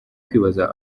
kwibaza